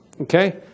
okay